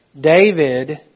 David